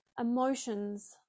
emotions